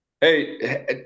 Hey